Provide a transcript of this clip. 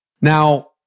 Now